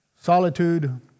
solitude